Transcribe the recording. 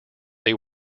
they